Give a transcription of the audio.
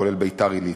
כולל ביתר-עילית.